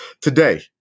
today